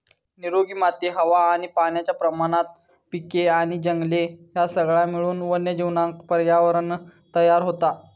निरोगी माती हवा आणि पाण्याच्या प्रमाणात पिके आणि जंगले ह्या सगळा मिळून वन्यजीवांका पर्यावरणं तयार होता